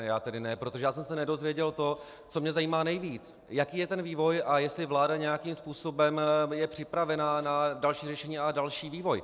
Já tedy ne, protože jsem se nedozvěděl to, co mě zajímá nejvíc: Jaký je ten vývoj a jestli vláda nějakým způsobem je připravená na další řešení a další vývoj.